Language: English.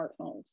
smartphones